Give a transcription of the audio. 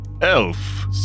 elf